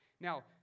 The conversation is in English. Now